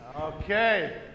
Okay